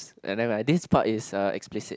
and then right this part is uh explicit